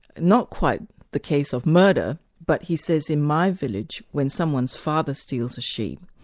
not quite the case of murder but he says, in my village, when someone's father steals a sheep,